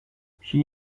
she